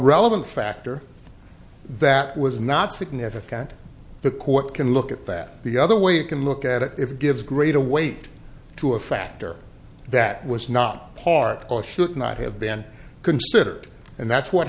relevant factor that was not significant the court can look at that the other way you can look at it if it gives greater weight to a factor that was not part of the should not have been considered and that's what